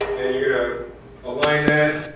and you're gonna align that